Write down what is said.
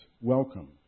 welcome